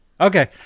Okay